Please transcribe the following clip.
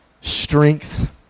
strength